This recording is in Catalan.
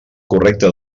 correcte